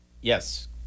Yes